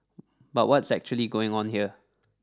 but what's actually going on here